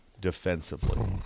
defensively